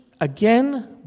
again